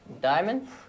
diamonds